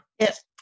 Yes